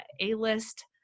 A-list